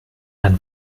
dann